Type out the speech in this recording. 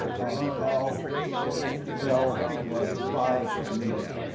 of l l was five meters.